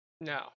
No